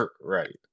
Right